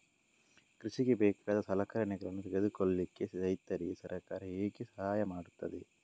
ಕೃಷಿಗೆ ಬೇಕಾದ ಸಲಕರಣೆಗಳನ್ನು ತೆಗೆದುಕೊಳ್ಳಿಕೆ ರೈತರಿಗೆ ಸರ್ಕಾರ ಹೇಗೆ ಸಹಾಯ ಮಾಡ್ತದೆ?